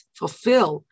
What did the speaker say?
fulfill